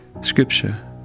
Scripture